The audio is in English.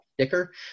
sticker